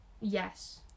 Yes